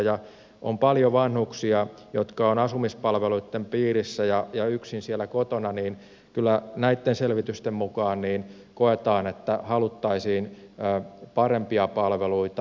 kun on paljon vanhuksia jotka ovat asumispalveluitten piirissä ja yksin siellä kotona niin kyllä näitten selvitysten mukaan koetaan että haluttaisiin parempia palveluita